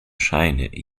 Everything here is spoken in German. scheine